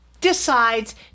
decides